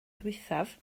ddiwethaf